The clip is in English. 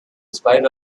spite